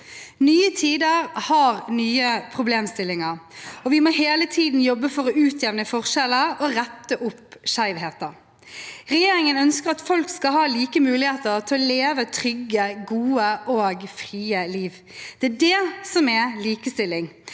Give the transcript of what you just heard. Nye tider har nye problemstillinger. Vi må hele tiden jobbe for å utjevne forskjeller og rette opp skjevheter. Regjeringen ønsker at folk skal ha like muligheter til å leve et trygt, godt og fritt liv. Det er det som er likestilling.